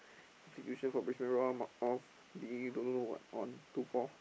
substitution for Brisbane-Roar Mark off li~ don't know what on two four